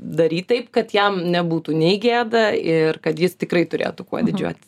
daryt taip kad jam nebūtų nei gėda ir kad jis tikrai turėtų kuo didžiuotis